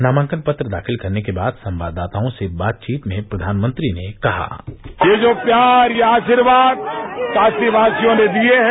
नामांकन पत्र दाखिल करने के बाद संवाददाताओं से बातचीत में प्रधानमंत्री ने कहा ये जो प्यार ये आशीर्वाद काशी वासियों ने दिये हैं